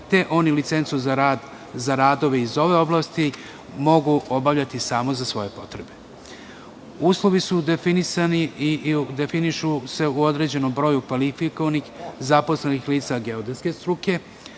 te oni licencu za radove iz ove oblasti mogu obavljati samo za svoje potrebe. Uslovi su definisani i definišu se u određenom broju kvalifikovanih zaposlenih lica geodetske struke